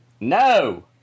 No